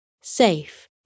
safe